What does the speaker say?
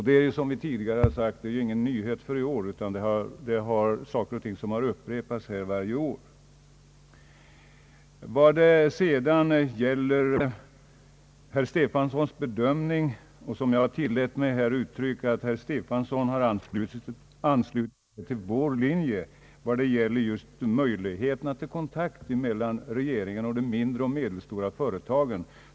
Det är, som tidigare sagts, inga nyheter för i år, utan det är samma sak som upprepas varje år. Jag tillät mig säga att herr Stefanson anslutit sig till vår linje vad gäller möjligheterna till kontakter mellan regeringen och de mindre och de medelstora företagen.